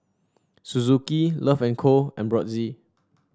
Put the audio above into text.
Suzuki Love and Co and Brotzeit